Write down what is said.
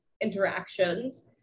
interactions